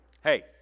Hey